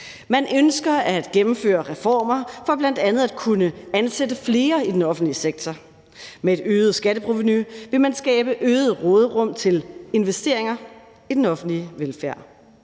Man ønsker at gennemføre reformer for bl.a. at kunne ansætte flere i den offentlige sektor. Med et øget skatteprovenu vil man skabe øget råderum til investeringer i den offentlige velfærd.